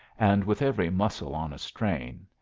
and with every muscle on a strain,